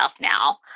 now